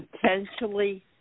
potentially